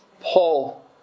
Paul